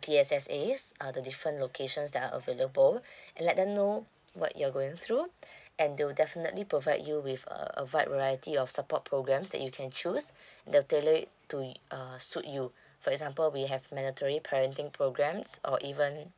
T_S_S_A uh the different locations that are available and let them know what you're going through and they will definitely provide you with uh a wide variety of support programs that you can choose they'll tailor it to uh suit you for example we have mandatory parenting programs or even